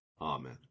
Amen